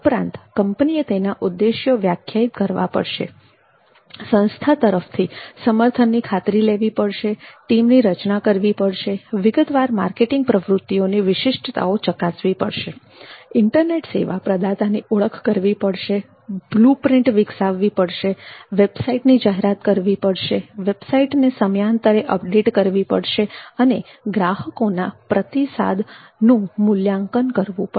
ઉપરાંત કંપનીએ તેના ઉદ્દેશ્યો વ્યાખ્યાયિત કરવા પડશે સંસ્થા તરફથી સમર્થનની ખાતરી લેવી પડશે ટીમની રચના કરવી પડશે વિગતવાર માર્કેટિંગ પ્રવૃત્તિઓની વિશિષ્ટતાઓ ચકાસવી પડશે ઇન્ટરનેટ સેવા પ્રદાતાની ઓળખ કરવી પડશે બ્લુપ્રિન્ટ વિકસાવવી પડશે વેબસાઈટની જાહેરાત કરવી પડશે વેબસાઈટને સમયાંતરે અપડેટ કરવી પડશે અને ગ્રાહકોના પ્રતિસાદ મૂલ્યાંકન કરવું પડશે